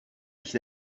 nicht